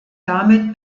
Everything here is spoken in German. damit